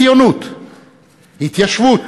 ציונות והתיישבות